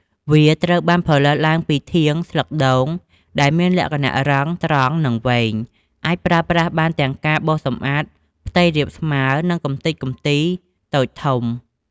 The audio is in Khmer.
វាត្រូវបានផលិតឡើងពីធាងស្លឹកដូង ដែលមានលក្ខណៈរឹង ត្រង់ និងវែង អាចប្រើប្រាស់បានទាំងការបោសសម្អាតផ្ទៃរាបស្មើ និងកម្ទេចកំទីតូចធំ។